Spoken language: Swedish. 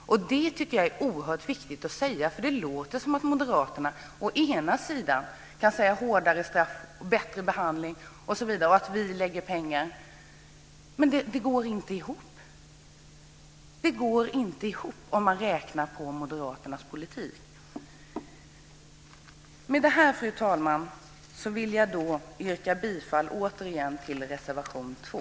Det tycker jag är oerhört viktigt att säga. Moderaterna ropar på hårdare straff och bättre behandling och menar att man avsätter pengar till det, men det går inte ihop med deras politik. Om man räknar på vad moderaternas politik kostar ser man att det inte går ihop. Med detta, fru talman, vill jag återigen yrka bifall till reservation 2.